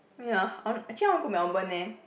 ya I want actually I want go Melbourne leh